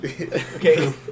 Okay